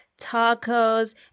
tacos